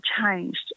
changed